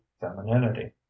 femininity